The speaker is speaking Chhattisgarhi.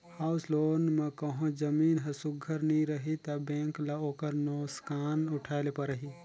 हाउस लोन म कहों जमीन हर सुग्घर नी रही ता बेंक ल ओकर नोसकान उठाए ले परही